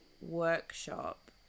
workshop